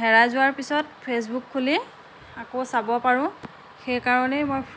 হেৰাই যোৱাৰ পিছত ফেচবুক খুলি আকৌ চাব পাৰোঁ সেইকাৰণেই মই